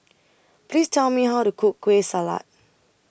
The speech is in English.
Please Tell Me How to Cook Kueh Salat